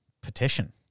petition